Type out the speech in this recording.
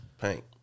paint